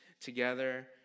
together